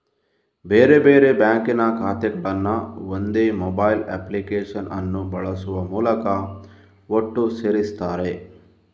ಬೇರೆ ಬೇರೆ ಬ್ಯಾಂಕಿನ ಖಾತೆಗಳನ್ನ ಒಂದೇ ಮೊಬೈಲ್ ಅಪ್ಲಿಕೇಶನ್ ಅನ್ನು ಬಳಸುವ ಮೂಲಕ ಒಟ್ಟು ಸೇರಿಸ್ತಾರೆ